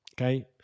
okay